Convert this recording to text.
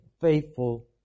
faithful